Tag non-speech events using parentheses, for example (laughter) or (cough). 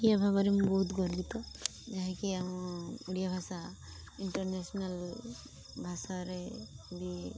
(unintelligible) ଭାବରେ ମୁଁ ବହୁତ ଗର୍ବିତ ଯାହାକି ଆମ ଓଡ଼ିଆ ଭାଷା ଇଣ୍ଟରନ୍ୟାସନାଲ୍ ଭାଷାରେ ବି